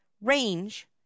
range